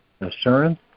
Assurance